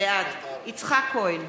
בעד יצחק כהן,